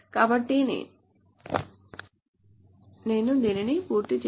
కాబట్టి నేను దీనిని పూర్తి చేస్తాను